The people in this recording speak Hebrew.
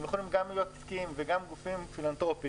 שהם יכולים גם להיות עסקיים וגם גופים פילנטרופיים: